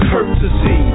courtesy